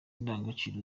indangagaciro